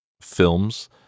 films